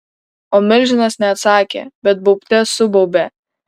o milžinas ne atsakė bet baubte subaubė